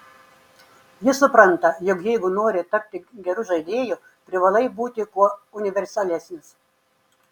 jis supranta jog jeigu nori tapti geru žaidėju privalai būti kuo universalesnis